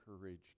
courage